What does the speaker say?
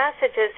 messages